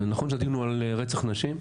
נכון שהדיון הוא על רצח נשים.